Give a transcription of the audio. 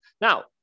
Now